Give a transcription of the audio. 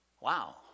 Wow